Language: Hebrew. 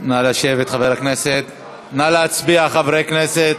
נא להצביע, חברי הכנסת.